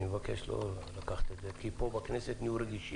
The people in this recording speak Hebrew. אני מבקש לא לקחת את זה, פה בכנסת נהיה רגישים.